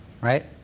right